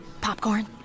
Popcorn